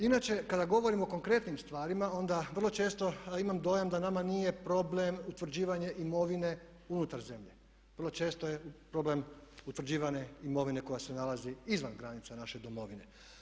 Inače kada govorimo o konkretnim stvarima onda vrlo često imam dojam da nama nije problem utvrđivanje imovine unutar zemlje, vrlo često je problem utvrđivane imovine koja se nalazi izvan granica naše Domovine.